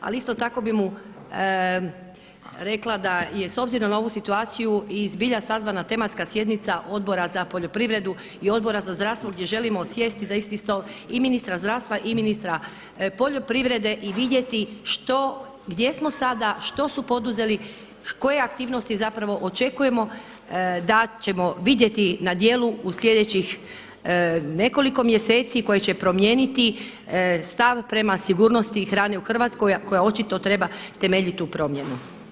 Ali isto tako bih mu rekla da je s obzirom na ovu situaciju i zbilja sazvana tematska sjednica Odbora za poljoprivredu i Odbora za zdravstvo gdje želimo sjesti za isti stol i ministra zdravstva i ministra poljoprivrede i vidjeti što, gdje smo sada, što su poduzeli, koje aktivnosti zapravo očekujemo da ćemo vidjeti na djelu u sljedećih nekoliko mjeseci koje će promijeniti stav prema sigurnosti hrane u Hrvatskoj koja očito treba temeljitu promjenu.